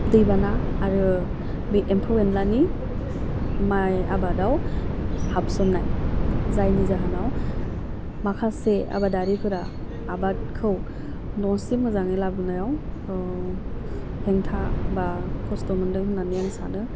दैबाना आरो बे एम्फौ एनलानि माइ आबादाव हाबसननाय जायनि जाहोनाव माखासे आबादारिफोरा आबादखौ न'सिम मोजाङै लाबोनायाव हेंथा बा खस्थ' मोनदों होननानै आं सानो